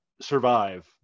survive